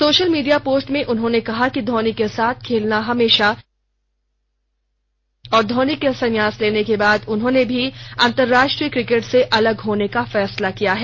social media post में उन्होंने कहा कि धौनी के साथ खेलना हमेशा सुखद अनुभव रहा है और धोनी के संन्यास लेने के बाद उन्होंने भी अंतर्राष्ट्रीय क्रिकेट से अलग होने का फैसला किया है